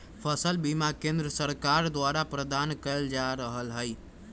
फसल बीमा केंद्र सरकार द्वारा प्रदान कएल जा रहल हइ